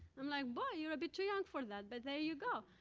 i'm like, boy, you're a bit too young for that. but there you go.